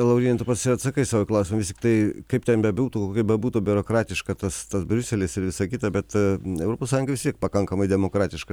laurynai tu pats ir atsakai į savo klausimą vis tiktai kaip ten bebūtų kaip bebūtų biurokratiška tas ta briuselis visa kita bet europos sąjunga vis tiek pakankamai demokratiška